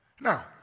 Now